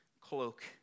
cloak